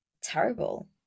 terrible